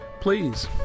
Please